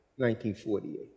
1948